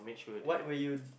what will you